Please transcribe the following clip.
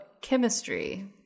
chemistry